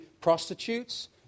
prostitutes